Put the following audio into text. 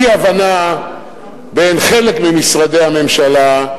אי-הבנה בין חלק ממשרדי הממשלה,